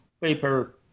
paper